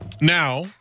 Now